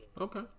Okay